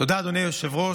תודה, אדוני היושב-ראש.